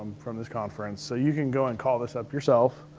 from this conference, so you can go and call this up yourself.